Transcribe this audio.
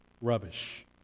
Rubbish